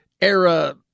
era